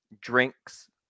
drinks